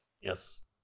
Yes